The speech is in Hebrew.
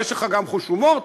יש לך גם חוש הומור,